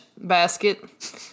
basket